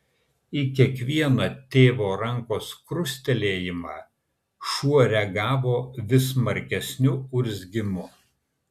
į kiekvieną tėvo rankos krustelėjimą šuo reagavo vis smarkesniu urzgimu